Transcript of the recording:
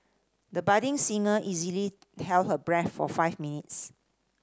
the budding singer easily held her breath for five minutes